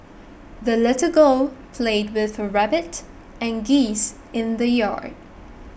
the little girl played with her rabbit and geese in the yard